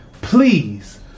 please